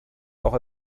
auch